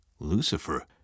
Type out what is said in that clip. Lucifer